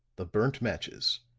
the burnt matches,